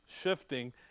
shifting